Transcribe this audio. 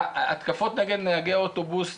ההתקפות נגד נהגי אוטובוס,